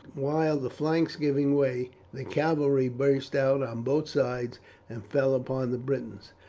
while the flanks giving way, the cavalry burst out on both sides and fell upon the britons.